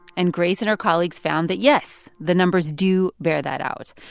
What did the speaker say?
and grace and her colleagues found that, yes, the numbers do bear that out.